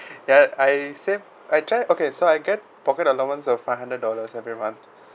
ya I save I try okay so I get pocket allowance of five hundred dollars every month